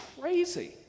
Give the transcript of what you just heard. crazy